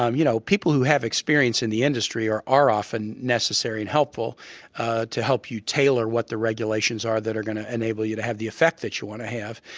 um you know, people who have experience in the industry are are often necessary and helpful ah to help you tailor what the regulations are that are going to enable you to have the effect that you want to have.